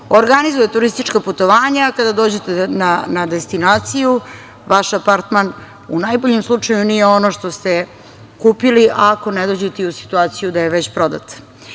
organizuje turistička putovanja, a kada dođete na destinaciju vaš apartman u najboljem slučaju nije ono što ste kupili, ako ne dođete i u situaciju da je već prodat. Ako